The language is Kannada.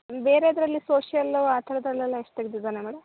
ಬೇರೇದರಲ್ಲಿ ಸೋಷಲ್ಲು ಆ ಥರದ್ದಲ್ಲೆಲ್ಲ ಎಷ್ಟು ತೆಗ್ದಿದ್ದಾನೆ ಮೇಡಮ್